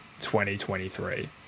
2023